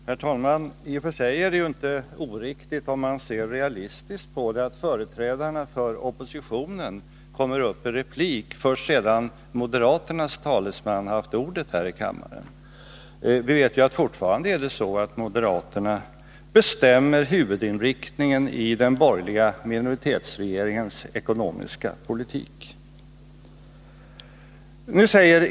Herr talman! I och för sig är det inte oriktigt, om man ser realistiskt, att företrädarna för oppositionen kommer upp i replik först sedan moderaternas talesman haft ordet här i kammaren. Vi vet ju att moderaterna fortfarande bestämmer huvudinriktningen i den borgerliga minoritetsregeringens ekonomiska politik.